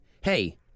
hey